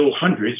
hundreds